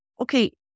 okay